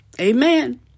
Amen